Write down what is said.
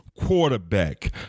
quarterback